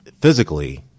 physically